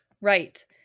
Right